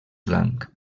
blanc